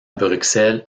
bruxelles